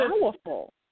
powerful